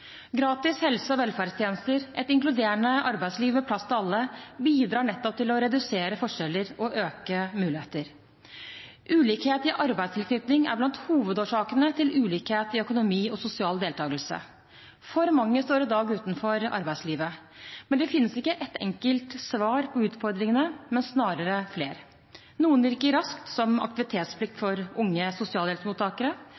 Gratis helse- og velferdstjenester og et inkluderende arbeidsliv med plass til alle bidrar nettopp til å redusere forskjeller og øke muligheter. Ulikhet i arbeidstilknytning er blant hovedårsakene til ulikhet i økonomi og sosial deltakelse. For mange står i dag utenfor arbeidslivet. Det finnes ikke ett enkelt svar på utfordringene, men snarere flere. Noen virker raskt, som aktivitetsplikt